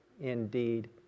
indeed